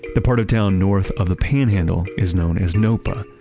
the part of town north of the panhandle is known as nopa.